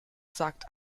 sagt